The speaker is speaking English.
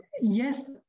Yes